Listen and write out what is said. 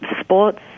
Sports